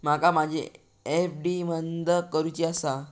माका माझी एफ.डी बंद करुची आसा